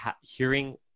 hearing